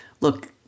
look